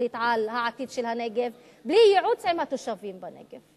להחליט על העתיד של הנגב בלי להתייעץ עם התושבים בנגב.